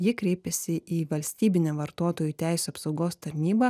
jie kreipėsi į valstybinę vartotojų teisių apsaugos tarnybą